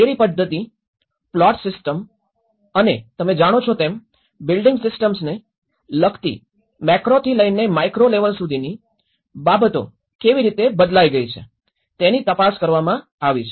શેરી પદ્ધત્તિ plot system અને તમે જાણો છો તેમ બિલ્ડિંગ સિસ્ટમ્સને લગતી મેક્રોથી લઈને માઇક્રો લેવલ સુધીની બાબતો કેવી રીતે બદલાઈ ગઈ છે તેની તપાસ કરવામાં આવી છે